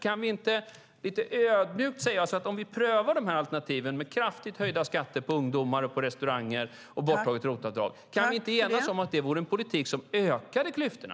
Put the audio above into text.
Kan vi inte lite ödmjukt enas om att ifall vi prövade alternativet med kraftigt höjda skatter på ungdomar och restauranger och borttaget ROT-avdrag skulle det vara en politik som ökade klyftorna?